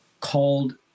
called